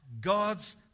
God's